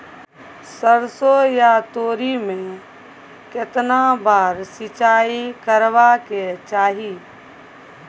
सरसो या तोरी में केतना बार सिंचाई करबा के चाही?